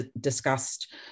discussed